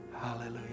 Hallelujah